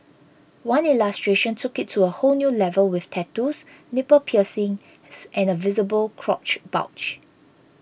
one illustration took it to a whole new level with tattoos nipple piercings and a visible crotch bulge